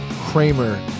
Kramer